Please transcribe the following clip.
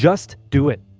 just do it!